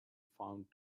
found